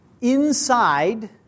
inside